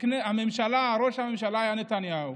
ראש הממשלה היה נתניהו